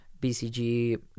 BCG